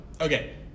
Okay